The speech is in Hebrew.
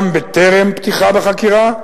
גם בטרם פתיחה בחקירה,